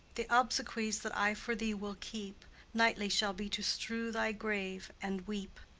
the obsequies that i for thee will keep nightly shall be to strew thy grave and weep.